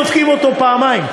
דופקים אותו פעמיים,